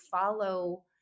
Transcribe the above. follow